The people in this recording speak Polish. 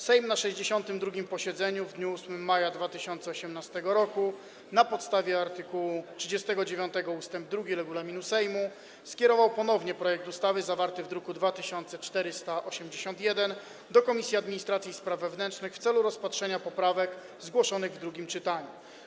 Sejm na 62. posiedzeniu w dniu 8 maja 2018 r., na podstawie art. 39 ust. 2 regulaminu Sejmu, skierował ponownie projekt ustawy zawarty w druku nr 2481 do Komisji Administracji i Spraw Wewnętrznych w celu rozpatrzenia poprawek zgłoszonych w drugim czytaniu.